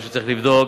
את מה שצריך לבדוק,